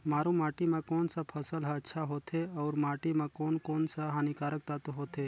मारू माटी मां कोन सा फसल ह अच्छा होथे अउर माटी म कोन कोन स हानिकारक तत्व होथे?